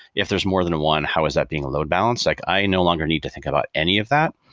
if there is more than one, how is that being a load balance? like i no longer need to think about any of that.